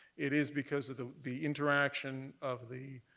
it is because of the the interaction of the